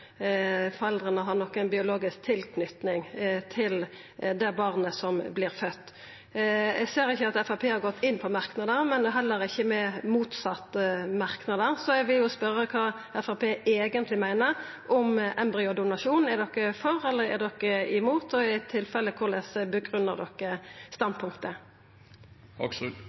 foreldra ha nokon biologisk tilknyting til det barnet som vert født. Eg ser ikkje at Framstegspartiet har gått inn på dette i merknadene. Dei har heller ikkje merknader om at dei er mot, så eg vil spørja kva Framstegspartiet eigentleg meiner om embryodonasjon. Er de for, eller er de imot? Og i begge tilfelle: Korleis